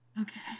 Okay